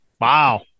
Wow